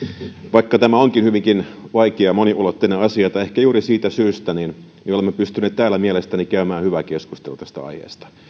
vaikka tämä onkin hyvinkin vaikea ja moniulotteinen asia tai ehkä juuri siitä syystä niin olemme pystyneet täällä mielestäni käymään hyvän keskustelun tästä